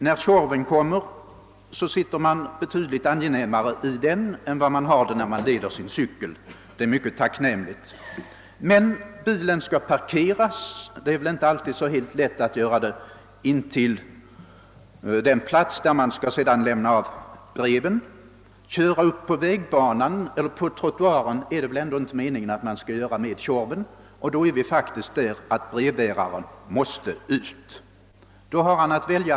När Tjorven införts får brevbäraren det betydligt angenämare genom att han sitter i bilen i stället för att leda sin cykel, och det är mycket tacknämligt. Men bilen skall parkeras, något som inte alltid är så lätt att göra intill den plats där breven skall lämnas. Och det är väl ändå inte meningen att man skall köra upp Tjorven på trottoaren? Då är vi faktiskt framme vid att brevbäraren måste gå ur bilen.